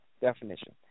definition